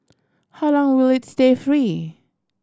how long will it stay free